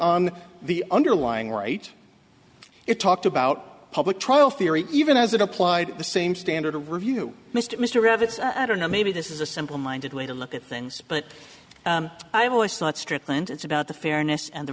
on the underlying right it talked about public trial theory even as it applied the same standard to review mr mr rabbit i don't know maybe this is a simple minded way to look at things but i've always thought strickland it's about the fairness and the